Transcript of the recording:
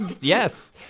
yes